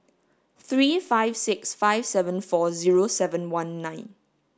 three five six five seven four zero seven one nine